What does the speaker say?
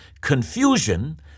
confusion